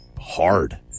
hard